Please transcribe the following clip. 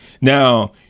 Now